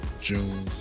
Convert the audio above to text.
June